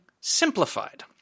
simplified